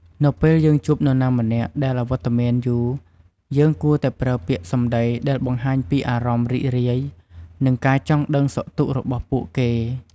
នៅពេលយើងជួបនរណាម្នាក់ដែលអវត្តមានយូរ យើងគួរតែប្រើពាក្យសម្ដីដែលបង្ហាញពីអារម្មណ៍រីករាយ និងការចង់ដឹងសុខទុក្ខរបស់ពួកគេ។